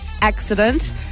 accident